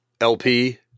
LP